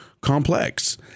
complex